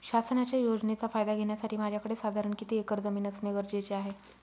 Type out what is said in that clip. शासनाच्या योजनेचा फायदा घेण्यासाठी माझ्याकडे साधारण किती एकर जमीन असणे गरजेचे आहे?